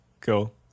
cool